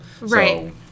right